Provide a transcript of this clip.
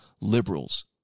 liberals